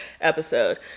episode